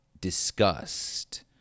disgust